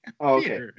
Okay